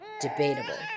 Debatable